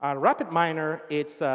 ah rapidminer is